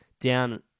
down